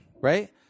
Right